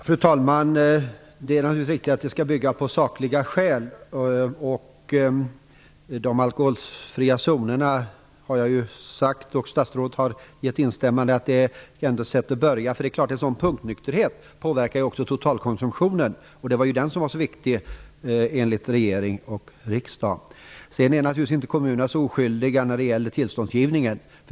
Fru talman! Det är naturligtvis viktigt att bygga på sakliga skäl. De alkoholfria zonerna är som sagt ett sätt att börja - statsrådet har gett sitt instämmande. En punktnykterhet påverkar också totalkonsumtionen, och det var den som var så viktig enligt regering och riksdag. Kommunerna är naturligtvis inte oskyldiga när det gäller tillståndsgivningen.